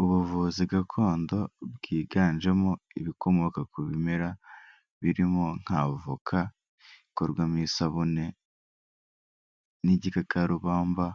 Ubuvuzi gakondo bwiganjemo ibikomoka ku bimera birimo nka avoka bikorwamo isabune n'igikakarubamba